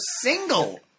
single